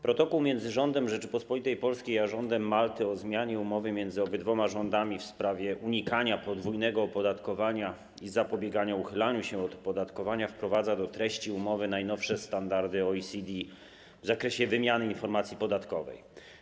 Protokół między rządem Rzeczypospolitej Polskiej a rządem Malty o zmianie umowy między obydwoma rządami w sprawie unikania podwójnego opodatkowania i zapobiegania uchylaniu się od podatkowania wprowadza do treści umowy najnowsze standardy OECD w zakresie wymiany informacji podatkowej.